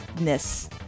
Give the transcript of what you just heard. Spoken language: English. ness